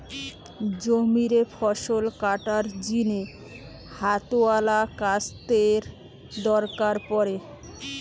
জমিরে ফসল কাটার জিনে হাতওয়ালা কাস্তের দরকার পড়ে